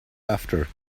after